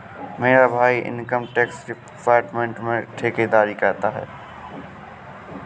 मेरा भाई income tax department में ठेकेदारी करता है